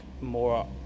more